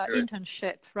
internship